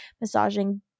massaging